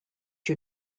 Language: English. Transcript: you